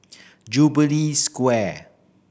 Jubilee Square